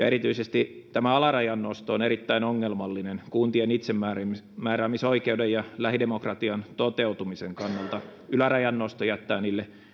erityisesti tämä alarajan nosto on erittäin ongelmallinen kuntien itsemääräämisoikeuden ja lähidemokratian toteutumisen kannalta ylärajan nosto jättää kunnille